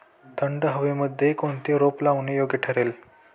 थंड हवेमध्ये कोणते रोप लावणे योग्य ठरेल?